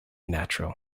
natural